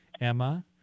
Emma